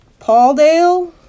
Pauldale